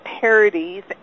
parodies